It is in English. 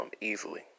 easily